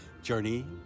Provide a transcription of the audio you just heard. journey